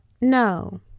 no